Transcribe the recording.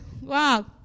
wow